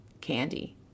candy